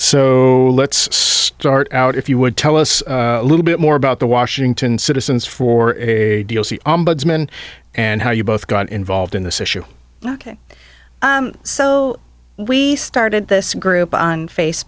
so let's start out if you would tell us a little bit more about the washington citizens for a deal see ombudsman and how you both got involved in this issue ok so we started this group on face